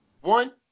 One